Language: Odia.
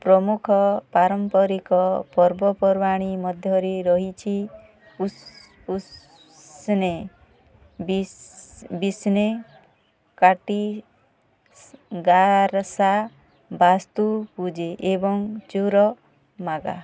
ପ୍ରମୁଖ ପାରମ୍ପରିକ ପର୍ବପର୍ବାଣୀ ମଧ୍ୟରେ ରହିଛି ପୁସ୍ନେ ବି ବିସ୍ନେ କାଟି ଗାରସା ବାସ୍ତୁ ପୂଜେ ଏବଂ ଚୁର ମାଗା